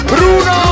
Bruno